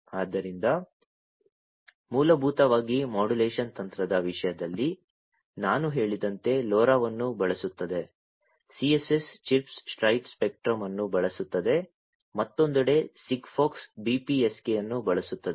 ಆದ್ದರಿಂದ ಮೂಲಭೂತವಾಗಿ ಮಾಡ್ಯುಲೇಶನ್ ತಂತ್ರದ ವಿಷಯದಲ್ಲಿ ನಾನು ಹೇಳಿದಂತೆ LoRaವನ್ನು ಬಳಸುತ್ತದೆ CSS ಚಿರ್ಪ್ ಸ್ಪ್ರೆಡ್ ಸ್ಪೆಕ್ಟ್ರಮ್ ಅನ್ನು ಬಳಸುತ್ತದೆ ಮತ್ತೊಂದೆಡೆ SIGFOX BPSK ಅನ್ನು ಬಳಸುತ್ತದೆ